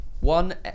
One